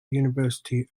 university